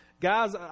Guys